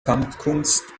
kampfkunst